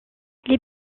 les